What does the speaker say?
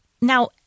Now